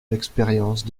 l’expérience